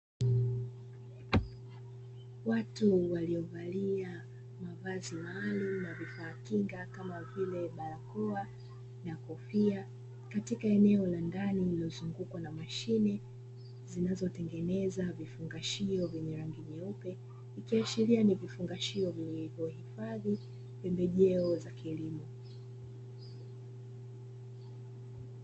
Watu waliovalia mavazi maalumu na vifaa kinga kama vile barakoa na kofia katika eneo la ndani lililozungukwa na mashine zinazotengeneza vifungashio vyenye rangi nyeupe, ikiashiria ni vifungashio vyenye kuhifadhi pembejeo za kilimo.